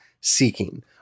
seeking